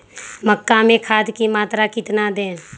मक्का में खाद की मात्रा कितना दे?